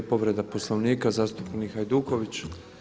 Povreda Poslovnika, zastupnik Hajduković.